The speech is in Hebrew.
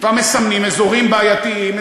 מסמנים אזורים בעייתיים,